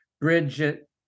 Bridget